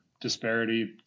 disparity